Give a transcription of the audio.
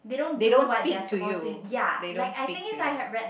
they don't speak to you they don't speak to you